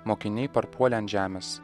mokiniai parpuolė ant žemės